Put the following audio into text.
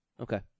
Okay